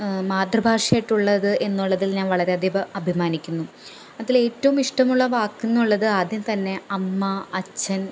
മാതൃഭാഷയായിട്ടുള്ളത് എന്നുള്ളതിൽ ഞാൻ വളരെയധികം അഭിമാനിക്കുന്നു അതിൽ ഏറ്റവും ഇഷ്ടമുള്ള വാക്ക് എന്നുള്ളത് ആദ്യം തന്നെ അമ്മ അച്ഛൻ